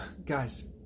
Guys